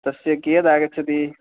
तस्य कियदागच्छति